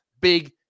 Big